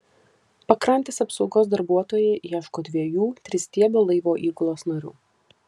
pakrantės apsaugos darbuotojai ieško dviejų tristiebio laivo įgulos narių